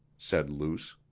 said luce.